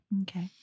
Okay